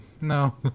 no